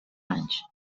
anys